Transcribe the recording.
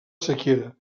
sequera